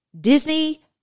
Disney